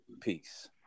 Peace